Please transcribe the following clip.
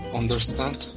understand